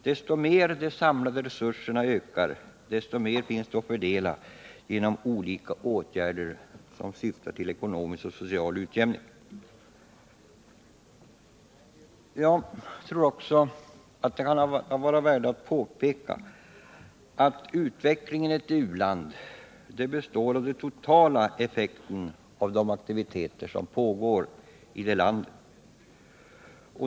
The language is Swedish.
Ju mer de samlade resurserna ökar, desto mer finns det att fördela genom olika åtgärder som syftar till ekonomisk och social utjämning. Jag tror också att det kan vara av värde att påpeka att utvecklingen i ett uland består av den totala effekten av de aktiviteter som pågår i det landet.